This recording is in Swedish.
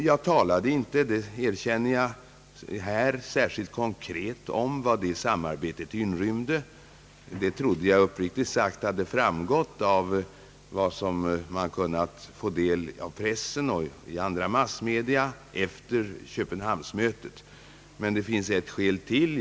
Jag talade inte, det erkänner jag, här särskilt konkret om vad det samarbetet inrymde. Jag trodde uppriktigt sagt att det framgår av informationer i pressen och andra massmedia efter köpenhamnsmötet. Men det finns ett skäl till.